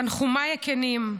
תנחומיי הכנים.